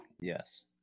yes